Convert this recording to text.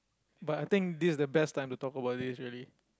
but I think this is the best time to talk about this really